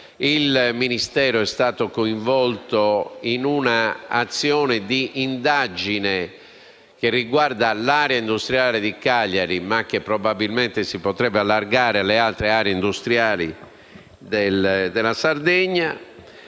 il Ministero è stato coinvolto in un'azione di indagine che riguarda l'area industriale di Cagliari, ma che probabilmente si potrebbe allargare alle altre aree industriali della Sardegna.